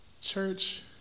church